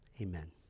amen